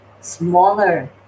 smaller